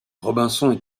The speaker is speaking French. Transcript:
robinson